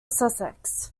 sussex